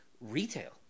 Retail